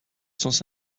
sens